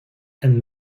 and